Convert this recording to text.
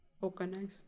organized